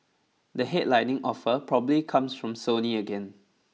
the headlining offer probably comes from Sony again